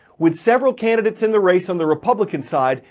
with several candidates in the race on the republican side,